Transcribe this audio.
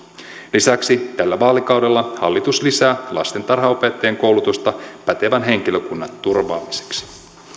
lisäksi tällä vaalikaudella hallitus lisää lastentarhanopettajien koulutusta pätevän henkilökunnan turvaamiseksi